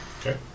Okay